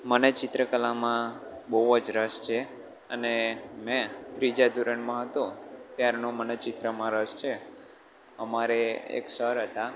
મને ચિત્રકલામાં બહુ જ રસ છે અને મેં ત્રીજા ધોરણમાં હતો ત્યારનો મને ચિત્રમાં રસ છે અમારે એક સર હતા